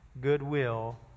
goodwill